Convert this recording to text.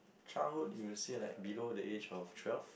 childhood you will say like below the age of twelve